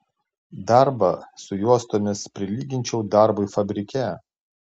darbą su juostomis prilyginčiau darbui fabrike